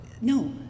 No